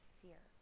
fear